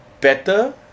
better